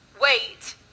wait